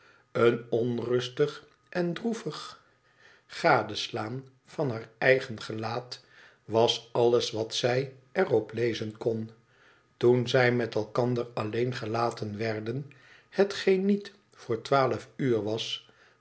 een onrustig en droevig gadeslaan van haar eigen gelaat was alles wat zij er op lezen kon toen zij met elkander alleen gelaten werden hetgeen niet voor twaalf uur was